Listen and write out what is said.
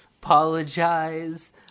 apologize